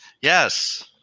Yes